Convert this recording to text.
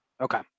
okay